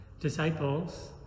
disciples